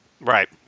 Right